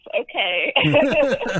Okay